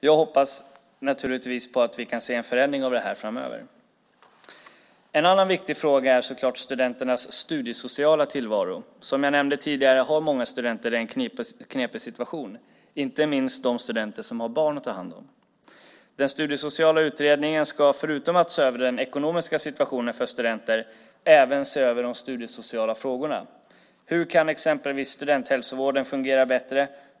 Jag hoppas naturligtvis på att vi kan se en förändring av det här framöver. En annan viktig fråga är såklart studenternas studiesociala tillvaro. Som jag nämnde tidigare har många studenter en knepig situation, inte minst de studenter som har barn att ta hand om. Den studiesociala utredningen ska, förutom att se över den ekonomiska situationen för studenter, även se över de studiesociala frågorna. Hur kan exempelvis studenthälsovården fungera bättre?